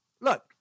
Look